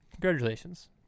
Congratulations